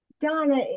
Donna